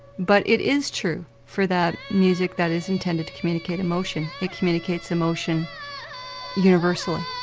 but it is true for that music that is intended to communicate emotion, it communicates emotion universally.